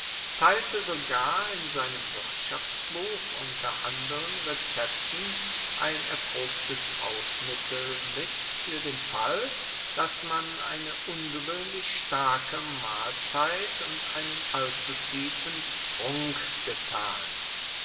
teilte sogar in seinem wirtschaftsbuch unter anderen rezepten ein erprobtes hausmittel mit fuer den fall dass man eine ungewoehnlich starke mahlzeit und einen allzutiefen trunk getan